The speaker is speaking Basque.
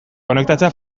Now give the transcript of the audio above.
konektatzea